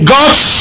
God's